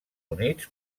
units